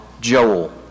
Joel